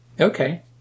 Okay